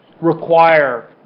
require